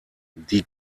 die